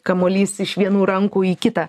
kamuolys iš vienų rankų į kitą